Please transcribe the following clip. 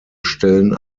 stellen